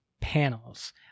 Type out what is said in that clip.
panels